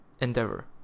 endeavor